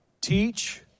Teach